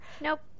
Nope